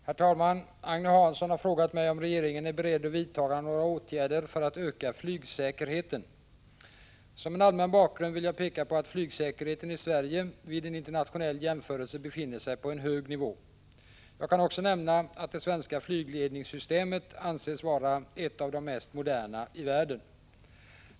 Herr talman! Agne Hansson har frågat mig om regeringen är beredd att vidta några åtgärder för att öka flygsäkerheten. Som en allmän bakgrund vill jag peka på att flygsäkerheten i Sverige vid en internationell jämförelse ligger på en hög nivå. Jag kan också nämna att det svenska flygledningssystemet anses vara ett av de mest moderna i världen.